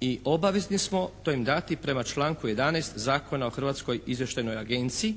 i obavezni smo to im dati prema članku 11. Zakona o Hrvatskoj izvještajnoj agenciji,